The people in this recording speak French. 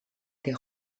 des